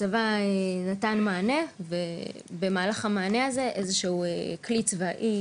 הצבא נתן מענה, ובמהלך המענה הזה איזשהו כלי צבאי